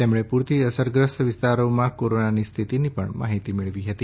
તેમણે પૂરથી અસરગ્રસ્ત વિસ્તારોમાં કોરોનાની સ્થિતિની પણ માહીતી મેળવી હતી